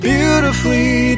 Beautifully